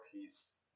peace